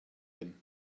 him